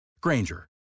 Granger